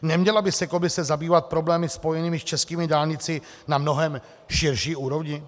Neměla by se komise zabývat problémy spojené s českými dálnicemi na mnohem širší úrovni?